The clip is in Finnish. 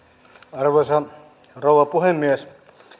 arvoisa rouva puhemies